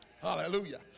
Hallelujah